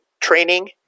training